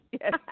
Yes